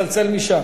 לענייננו.